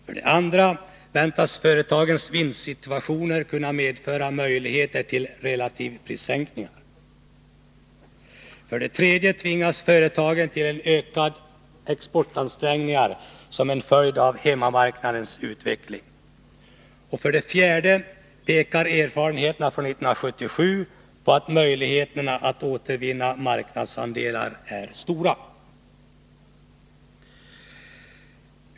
För det andra väntas företagens vinstsituationer kunna medföra möjligheter till relativprissänkningar. För det tredje tvingas företagen till ökade exportansträngningar som en följd av hemmamarknadens utveckling. För det fjärde pekar erfarenheterna från 1977 på att möjligheterna att återvinna marknadsandelar är stora.